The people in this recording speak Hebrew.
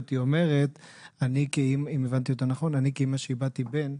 היא אומרת שהיא כאימא שאיבדה בן,